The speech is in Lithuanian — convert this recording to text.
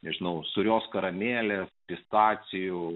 žinau sūrios karamelės pistacijų